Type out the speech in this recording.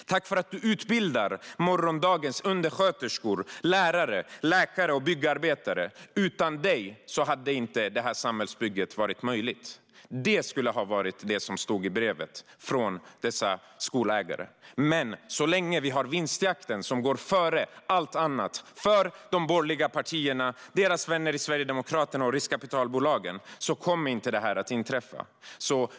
Tack för att du utbildar morgondagens undersköterskor, lärare, läkare och byggarbetare! Utan dig hade detta samhällsbygge inte varit möjligt. Det är vad som borde ha stått i brevet från dessa skolägare, men så länge vinstjakten går före allt annat för de borgerliga partierna, deras vänner i Sverigedemokraterna och riskkapitalbolagen kommer detta inte att inträffa.